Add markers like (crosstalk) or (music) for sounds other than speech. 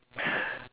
(breath)